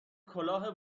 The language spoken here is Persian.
کلاه